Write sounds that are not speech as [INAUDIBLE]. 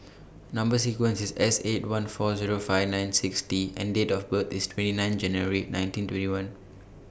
[NOISE] Number sequence IS S eight one four Zero five nine six T and Date of birth IS twenty nine January nineteen twenty one